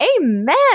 amen